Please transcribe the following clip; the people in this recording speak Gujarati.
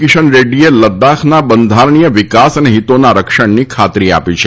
કિશન રેડ્ડીએ લદ્દાખના બંધારણીય અને વિકાસ હિતોના રક્ષણની ખાતરી આપી છે